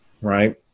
right